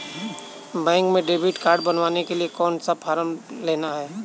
Bank में debit card बनवाने के लिए कौन सा फॉर्म लेना है?